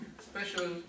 special